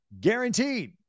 Guaranteed